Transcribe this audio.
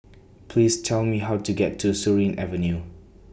Please Tell Me How to get to Surin Avenue